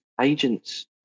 agents